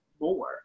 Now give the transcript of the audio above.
more